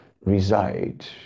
reside